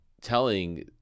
telling